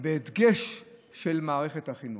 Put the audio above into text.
ובדגש על מערכת החינוך.